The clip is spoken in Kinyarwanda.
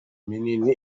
minini